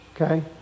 Okay